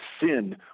sin